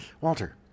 Walter